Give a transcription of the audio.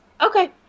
Okay